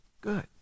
good